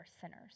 sinners